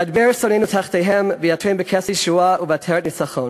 ידבר שונאינו תחתיהם ויעטרם בכתר ישועה ובעטרת ניצחון.